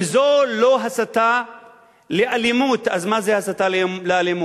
אם זו לא הסתה לאלימות, אז מה זו הסתה לאלימות?